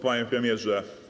Panie Premierze!